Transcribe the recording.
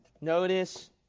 notice